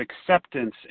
acceptance